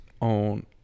on